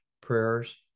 prayers